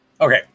Okay